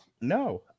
No